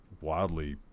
wildly